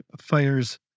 fires